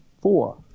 four